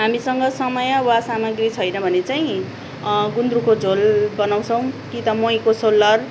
हामीसँग समय वा सामाग्री छैन भने चाहिँ गुन्द्रुकको झोल बनाउँछौ कि त महीको सोलर